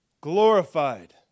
glorified